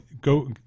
go